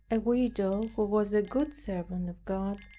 a widow who was a good servant of god,